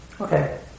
Okay